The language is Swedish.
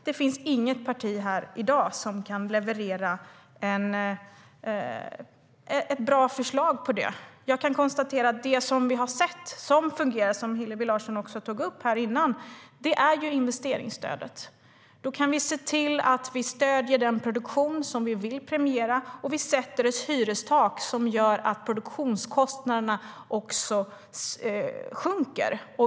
Det finns inget parti här i dag som kan leverera ett bra förslag på det. Det som vi har sett att det fungerar, det som också Hillevi Larsson tog upp här tidigare, är investeringsstödet. Vi kan se till att stödja den produktion som vi vill premiera och sätta ett hyrestak som gör att produktionskostnaderna sjunker.